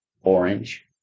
orange